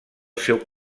seu